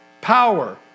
power